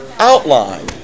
Outline